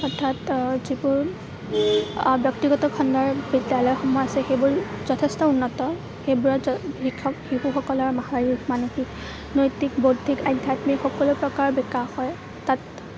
অৰ্থাৎ যিবোৰ ব্যক্তিগত খণ্ডৰ বিদ্যালয়সমূহ আছে সেইবোৰ যথেষ্ট উন্নত সেইবোৰত শিক্ষক শিশুসকলৰ শাৰিৰীক মানসিক নৈতিক বৌধিক আধ্যাত্মিক সকলো প্ৰকাৰৰ বিকাশ হয় তাত